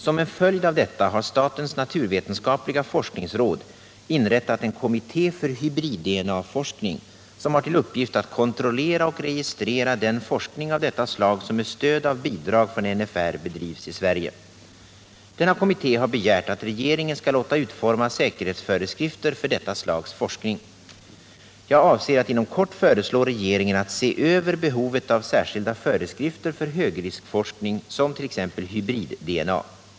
Som en följd av detta har statens naturvetenskapliga forskningsråd inrättat en kommitté för hybrid DNA-forskning, vilken har till uppgift att kontrollera och registrera den forskning av detta slag som med stöd av bidrag från NFR bedrivs i Sverige. Denna kommitté har begärt att regeringen skall låta utforma säkerhetsföreskrifter för detta slags forskning. Jag avser att inom kort föreslå regeringen att se över behovet av särskilda föreskrifter för högriskforskning som hybrid-DNA.